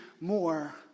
more